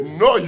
no